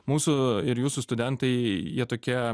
mūsų ir jūsų studentai jie tokie